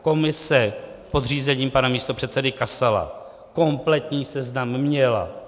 Komise pod řízením pana místopředsedy Kasala kompletní seznam měla.